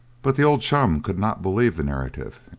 but the old chum could not believe the narrative,